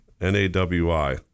N-A-W-I